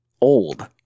old